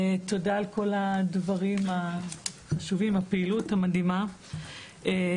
תודה על כל הדברים החשובים שנעשים ועל הפעילות המדהימה שלכם.